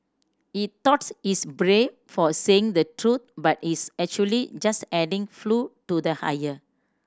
he thoughts he's brave for saying the truth but he's actually just adding flew to the hire